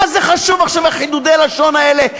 מה זה חשוב עכשיו חידודי הלשון האלה,